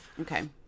okay